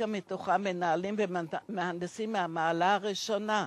הפיקה מתוכה מנהלים ומהנדסים מהמעלה הראשונה,